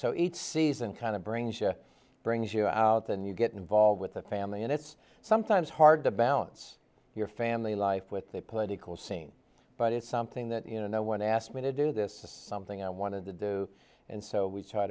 so each season kind of brings brings you out and you get involved with the family and it's sometimes hard to balance your family life with the political scene but it's something that you know no one asked me to do this to something i wanted to do and so we try